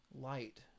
light